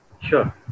Sure